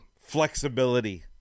flexibility